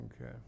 Okay